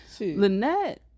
Lynette